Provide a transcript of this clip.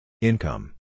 income